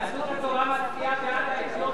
יהדות התורה מצביעה בעד האתיופים,